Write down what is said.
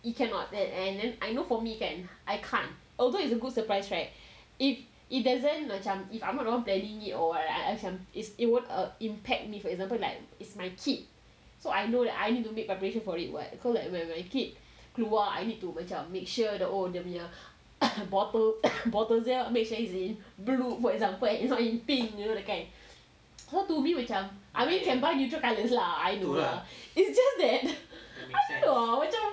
it cannot that and then I know for me kan I can't although it's a good surprise right if it doesn't macam if I'm not wrong planning need or what right macam it won't impact me for example like is my kid so I know that I need to make preparation for it [what] cause like my kid keluar I need to macam make sure oh dia punya the bottle is blue for example and it's not in pink you know that kind so to me I mean we can buy neutral colours lah it's just that I don't know ah macam